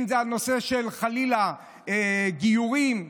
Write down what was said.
אם זה חלילה בנושא של גיורים,